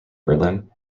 berlin